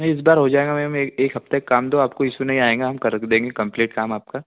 नहीं इस बार हो जाएगा मैम एक एक हफ़्ते का काम दो आपको ईसू नहीं आएगा हम कर देंगे कंप्लीट काम आपका